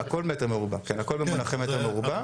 הכל במונחי מטר מרובע.